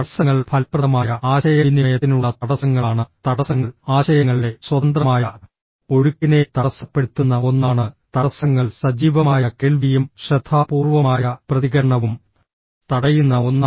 തടസ്സങ്ങൾ ഫലപ്രദമായ ആശയവിനിമയത്തിനുള്ള തടസ്സങ്ങളാണ് തടസ്സങ്ങൾ ആശയങ്ങളുടെ സ്വതന്ത്രമായ ഒഴുക്കിനെ തടസ്സപ്പെടുത്തുന്ന ഒന്നാണ് തടസ്സങ്ങൾ സജീവമായ കേൾവിയും ശ്രദ്ധാപൂർവ്വമായ പ്രതികരണവും തടയുന്ന ഒന്നാണ്